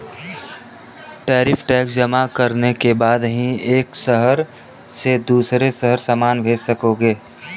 tariff tax जमा करने के बाद ही एक शहर से दूसरे शहर सामान भेज सकोगे